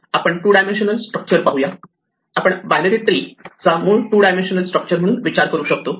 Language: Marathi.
आपण टू डायमेन्शनल स्ट्रक्चर पाहूया आपण बायनरी ट्री चा मूळ टू डायमेन्शनल स्ट्रक्चर म्हणून विचार करू शकतो